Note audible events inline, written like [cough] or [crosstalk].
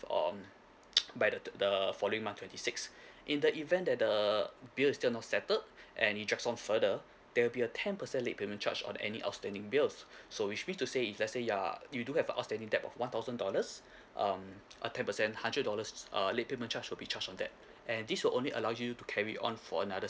on [noise] by the third the following month twenty sixth in the event that the bill is still not settled and you drags on further there will be a ten percent late payment charge on any outstanding bills [breath] so which mean to say if let's say you're you do have a outstanding debt of one thousand dollars [breath] um a ten percent hundred dollars err late payment charge will be charged on that and this will only allow you to carry on for another